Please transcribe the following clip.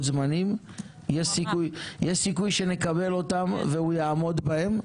הזמנים יש סיכוי שנקבל אותם והוא יעמוד בהם,